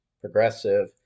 progressive